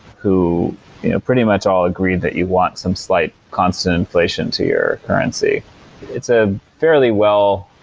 who pretty much all agree that you want some slight constant inflation to your currency it's a fairly well